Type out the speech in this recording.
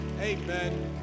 Amen